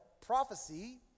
prophecy